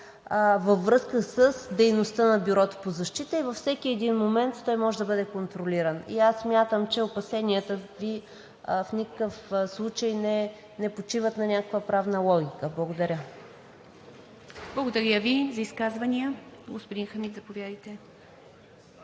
във връзка с дейността на Бюрото по защита и във всеки един момент той може да бъде контролиран. Аз смятам, че опасенията Ви в никакъв случай не почиват на някаква правна логика. Благодаря. ПРЕДСЕДАТЕЛ ИВА МИТЕВА: Благодаря Ви. За изказвания? Господин Хамид, заповядайте.